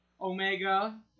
Omega